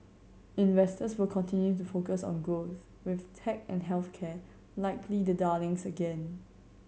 investors will continue to focus on growth with tech and health care likely the darlings again